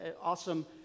awesome